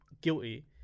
guilty